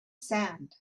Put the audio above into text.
sand